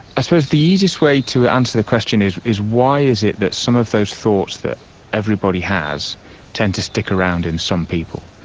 i suppose the easiest way to answer the question is is why is it that some of those thoughts that everybody has tend to stick around in some people.